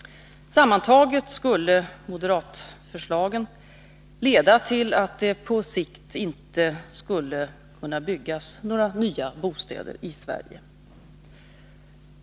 Sammantaget skulle moderatförslagen leda till att det på sikt inte skulle kunna byggas några nya bostäder i Sverige.